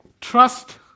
trust